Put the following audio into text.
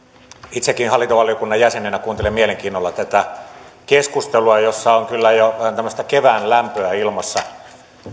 itsekin hallintovaliokunnan jäsenenä kuuntelin mielenkiinnolla tätä keskustelua jossa on kyllä jo tämmöistä kevään lämpöä ilmassa